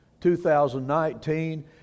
2019